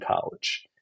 college